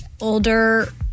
older